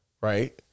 Right